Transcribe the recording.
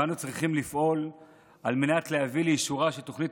ואנו צריכים לפעול על מנת להביא לאישורה של תוכנית